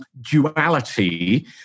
duality